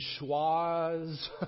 schwa's